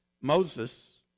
Moses